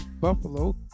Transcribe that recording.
Buffalo